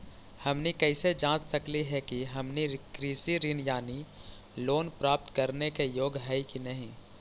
हमनी कैसे जांच सकली हे कि हमनी कृषि ऋण यानी लोन प्राप्त करने के योग्य हई कि नहीं?